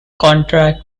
contract